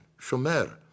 Shomer